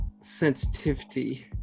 sensitivity